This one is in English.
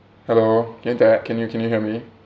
hello yuan te can you can you hear me